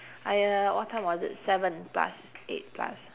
I uh what time was it seven plus eight plus